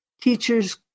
teachers